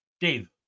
Dave